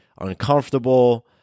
uncomfortable